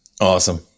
awesome